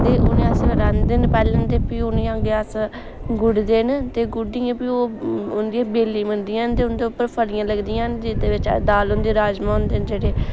ते उ'नें अस रांह्दे न पैह्ले ते फ्ही उ'नेंगी अग्गें अस गुडदे न ते गुड्ढियै फ्ही ओह् उंदियां बेलां बनदियां न ते उं'दे उप्पर फलियां लगदियां न जेह्दे बिच्च दाल होंदी राज़मा होंदे न जेह्ड़े